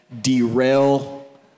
derail